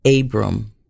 Abram